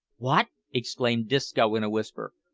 wot! exclaimed disco in a whisper,